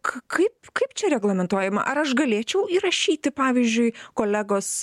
k kaip kaip čia reglamentuojama ar aš galėčiau įrašyti pavyzdžiui kolegos